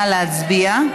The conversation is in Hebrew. נא להצביע.